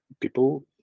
people